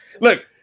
look